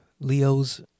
Leo's